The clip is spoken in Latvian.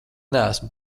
neesmu